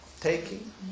Taking